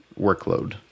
workload